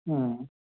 ಹ್ಞೂ